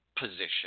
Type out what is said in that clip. position